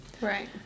right